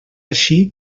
així